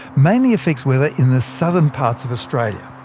mainly affects weather in the southern parts of australia.